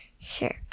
Sure